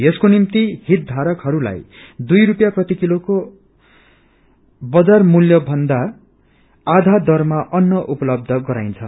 यसको निम्ति हितधारकहस्लाई दुइ रुपियाँ प्रतिकिलो अर्थात बजार मूल्यभन्दा आधा दरमा अन्न उपलब्ध गराइन्छ